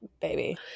baby